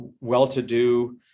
well-to-do